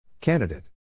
Candidate